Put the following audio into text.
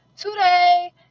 today